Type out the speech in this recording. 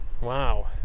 Wow